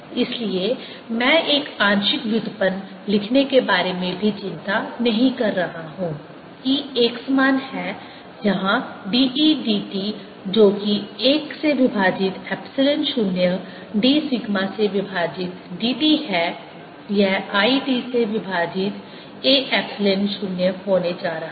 इसलिए मैं एक आंशिक व्युत्पन्न लिखने के बारे में भी चिंता नहीं कर रहा हूं E एकसमान है यहां dE dt जो कि 1 से विभाजित एप्सिलॉन 0 d सिग्मा से विभाजित d t है यह I t से विभाजित a एप्सिलॉन 0 होने जा रहा है